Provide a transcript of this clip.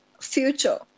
Future